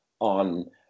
on